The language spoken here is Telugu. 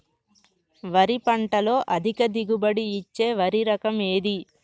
వరి పంట లో అధిక దిగుబడి ఇచ్చే వరి రకం ఏది?